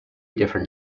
different